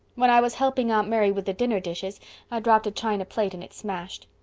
when i was helping aunt mary with the dinner dishes i dropped a china plate and it smashed.